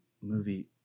movie